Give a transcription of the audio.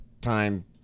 time